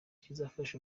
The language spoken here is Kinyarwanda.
kizafasha